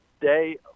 day